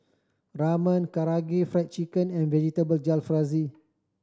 Ramen Karaage Fried Chicken and Vegetable Jalfrezi